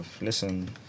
Listen